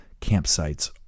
campsites